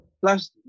Plus